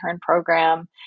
program